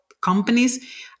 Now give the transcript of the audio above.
companies